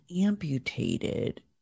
amputated